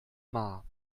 maar